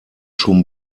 schon